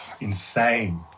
insane